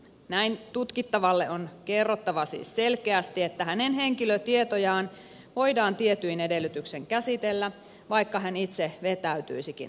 näin tutkittavalle on kerrottava selkeästi että hänen henkilötietojaan voidaan tietyin edellytyksin käsitellä vaikka hän itse vetäytyisikin tutkimuksesta